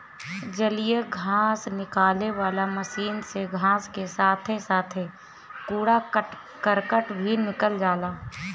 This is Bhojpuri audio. जलीय घास निकाले वाला मशीन से घास के साथे साथे कूड़ा करकट भी निकल जाला